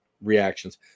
reactions